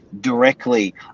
directly